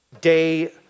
day